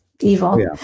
evil